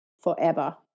forever